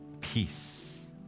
peace